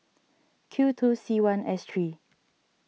Q two C one S three